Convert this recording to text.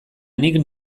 nik